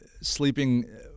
sleeping